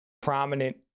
prominent